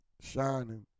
Shining